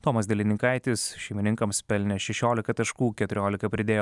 tomas delininkaitis šeimininkams pelnė šešiolika taškų keturiolika pridėjo